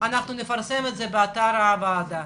אנחנו נפרסם את זה באתר הבעיה.